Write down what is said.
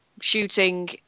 shooting